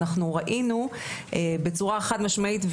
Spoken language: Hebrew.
ואנחנו ראינו בצורה חד משמעית,